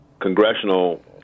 congressional